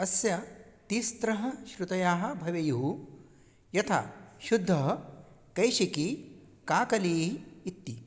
अस्य तिस्रः श्रुतयः भवेयुः यथा शुद्धः कैशिकी काकली इति